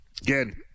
Again